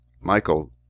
Michael